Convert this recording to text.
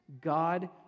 God